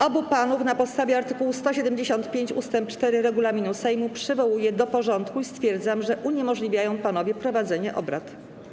Obu panów na podstawie art. 175 ust. 4 regulaminu Sejmu przywołuję do porządku i stwierdzam, że uniemożliwiają panowie prowadzenie obrad.